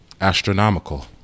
astronomical